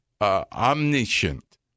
omniscient